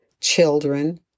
children